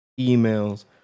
emails